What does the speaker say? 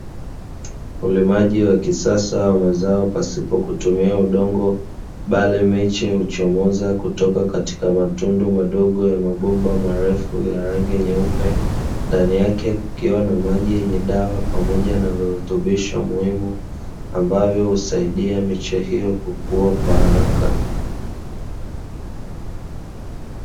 Ulimaji wa kisasa wa mazao pasipo kutumia udongo bali miche huchomoza kutoka katika matundu madogo ya mabomba marefu ya rangi nyeupe, ndani yake kukiwa na maji yenye dawa pamoja na virutubisho muhimu ambavyo husaidia miche hiyo kukua kwa haraka.